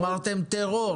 אמרתם "טרור".